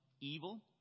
evil